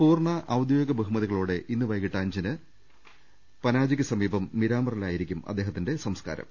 പൂർണ ഔദ്യോഗിക ബഹുമതികളോടെ ഇന്ന് വൈകീട്ട് അഞ്ചിന് മിരാമറിലായിരിക്കും അദ്ദേഹത്തിന്റെ സംസ്കാരം